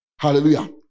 Hallelujah